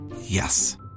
Yes